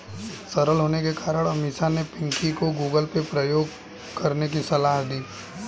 सरल होने के कारण अमीषा ने पिंकी को गूगल पे प्रयोग करने की सलाह दी